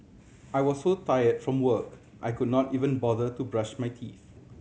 I was so tired from work I could not even bother to brush my teeth